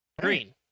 green